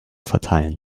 verteilen